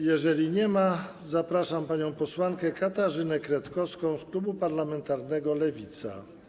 Jeżeli nie ma, zapraszam panią posłankę Katarzynę Kretkowską z klubu parlamentarnego Lewica.